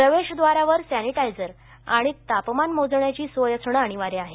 प्रवेशद्वारावर सॅनिटायजर आणि तापमान मोजण्याची सोय असणं अनिवार्य आहे